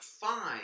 fine